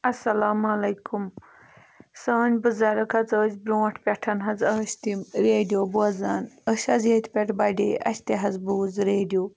اَسَلامُ علیکُم سٲنۍ بُزَرٕگ حظ ٲسۍ برٛونٛٹھ پٮ۪ٹھ حظ ٲسۍ تِم ریڈیو بوزان أسۍ حظ ییٚتہِ پٮ۪ٹھ بڑے اَسہِ تہِ حظ بوٗز ریڈیو